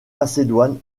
macédoine